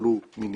אבל הוא מינימלי.